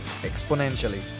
exponentially